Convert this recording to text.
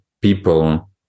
people